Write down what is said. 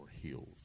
heels